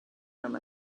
from